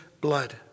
blood